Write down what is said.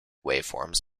waveforms